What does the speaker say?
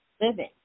living